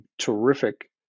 terrific